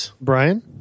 Brian